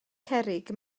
cerrig